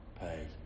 pay